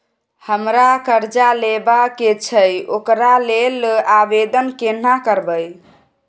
हमरा कर्जा लेबा के छै ओकरा लेल आवेदन केना करबै?